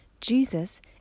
Jesus